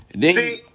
See